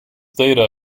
data